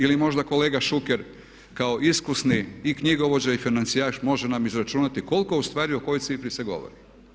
Ili možda kolega Šuker kao iskusni i knjigovođa i financijaš može nam izračunati koliko u stvari o kojoj cifri se govori.